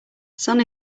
sun